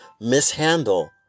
mishandle